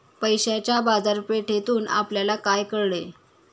पैशाच्या बाजारपेठेतून आपल्याला काय कळले?